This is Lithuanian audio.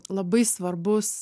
labai svarbus